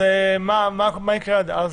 מה יקרה עד אז?